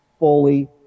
fully